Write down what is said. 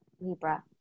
Libra